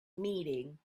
meeting